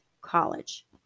college